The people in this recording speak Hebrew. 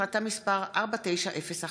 החלטה מס' 4901,